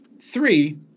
Three